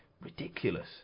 ridiculous